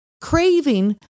craving